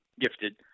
gifted